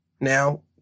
Now